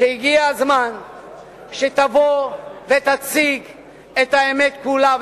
שהגיע הזמן שתבוא ותציג את האמת כולה,